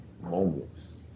moments